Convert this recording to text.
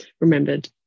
remembered